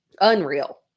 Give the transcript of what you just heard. unreal